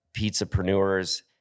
pizzapreneurs